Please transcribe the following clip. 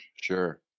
Sure